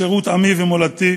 בשירות עמי ומולדתי,